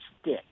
stick